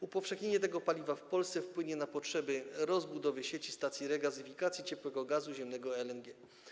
Upowszechnienie tego paliwa w Polsce wpłynie na potrzebę rozbudowy sieci stacji regazyfikacji ciekłego gazu ziemnego LNG.